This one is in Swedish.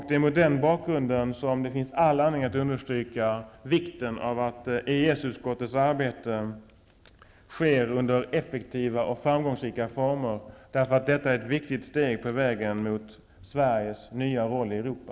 Det är mot den bakgrunden som det finns all anledning att understryka vikten av att EES-utskottets arbete sker under effektiva och framgångsrika former. Detta är ett viktigt steg på vägen mot Sveriges nya roll i Europa.